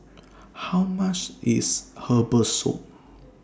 How much IS Herbal Soup